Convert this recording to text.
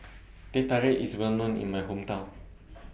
Teh Tarik IS Well known in My Hometown